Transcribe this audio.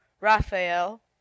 raphael